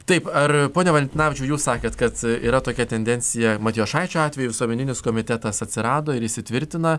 taip ar pone valentinavičiau jūs sakėte kad yra tokia tendencija matijošaičio atveju visuomeninis komitetas atsirado ir įsitvirtina